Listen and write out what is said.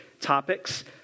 topics